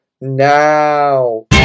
now